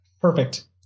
perfect